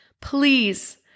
please